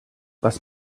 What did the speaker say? was